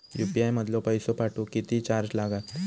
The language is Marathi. यू.पी.आय मधलो पैसो पाठवुक किती चार्ज लागात?